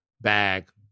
bag